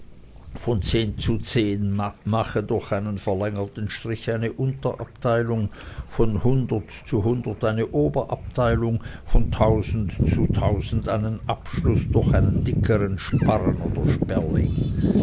von zehn zu zehn mache durch einen verlängerten strich eine unterabteilung von hundert zu hundert eine oberabteilung von tausend zu tausend einen abschluß durch einen dickern sparren oder